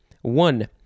One